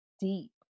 deep